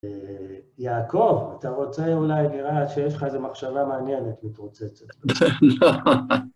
יעקב, אתה רוצה אולי, נראה שיש לך איזו מחשבה מעניינת מתרוצצת.